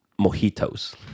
mojitos